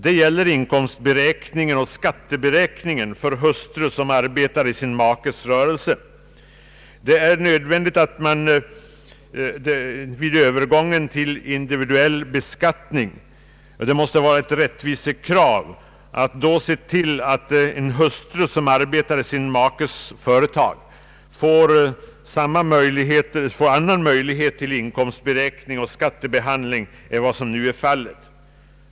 Det gäller inkomstberäkningen och <skatteberäkningen = för hustru som arbetar i sin makes rörelse. Det måste vara ett rättvisekrav att man vid övergången till individuell beskattning ser till att en hustru som arbetar i sin makes företag får annan möjlighet till inkomstberäkning och skattebehandling än vad som nu är fallet.